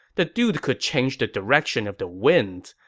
the dude could change the direction of the winds,